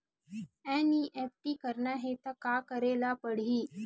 NEFT करना हे त का करे ल पड़हि?